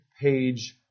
page